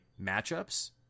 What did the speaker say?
matchups